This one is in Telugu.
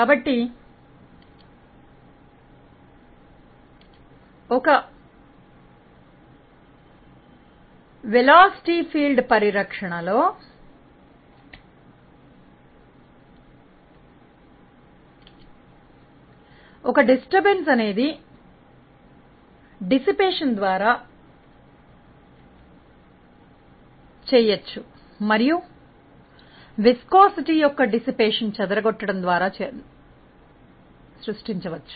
కాబట్టి వేగ రంగం పరిరక్షణ లో ఒక భంగం ఎలా సృష్టించవచ్చు అనేది వెదజల్లడం మరియు స్నిగ్ధత యొక్క విధానాల ద్వారా చెదరగొట్టడం చెయ్యచ్చు